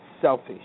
selfish